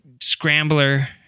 Scrambler